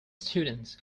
students